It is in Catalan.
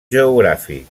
geogràfic